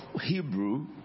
Hebrew